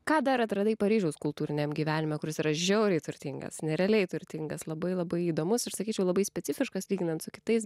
ką dar atradai paryžiaus kultūriniam gyvenime kuris yra žiauriai turtingas nerealiai turtingas labai labai įdomus ir sakyčiau labai specifiškas lyginant su kitais